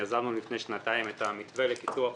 יזמנו לפני שנתיים את המתווה לקיצור החופשות,